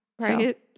right